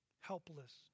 Helpless